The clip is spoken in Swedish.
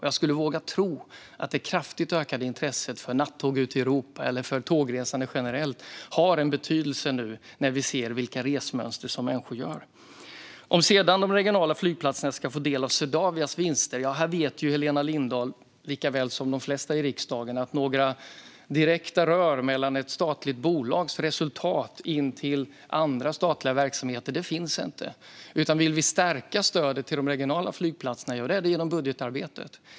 Jag vågar tro att det kraftigt ökade intresset för nattåg i Europa och för tågresandet generellt har betydelse nu när vi ser människors resemönster. Så har vi frågan om de regionala flygplatserna ska få del av Swedavias vinster. Här vet ju Helena Lindahl lika väl som de flesta i riksdagen att några direkta rör från ett statligt bolags resultat in till andra statliga verksamheter inte finns. Vill vi stärka stödet till de regionala flygplatserna är det genom budgetarbetet.